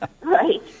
right